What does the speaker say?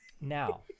Now